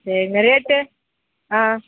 சேரிங்கணா rate ஆ